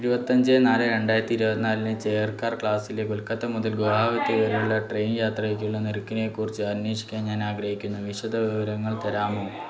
ഇരുവത്തഞ്ച് നാലെ രണ്ടായിരത്തി ഇരുപത്തിനാലിന് ചെയർ കാർ ക്ലാസിലെ കൊൽക്കത്ത മുതൽ ഗുഹാവത്തി വരെയുള്ള ട്രെയിൻ യാത്രയ്ക്കുള്ള നിരക്കിനെക്കുറിച്ച് അന്വേഷിക്കാൻ ഞാൻ ആഗ്രഹിക്കുന്നു വിശദവിവരങ്ങൾ തരാമോ